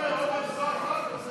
ההצעה הזאת